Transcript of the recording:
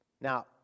Now